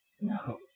No